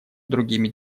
другими